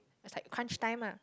it's like crunch time ah